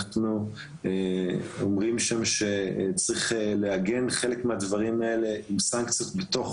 אנחנו אומרים שם שצריך לעגן חלק מהדברים הללו בתוך